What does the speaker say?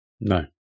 No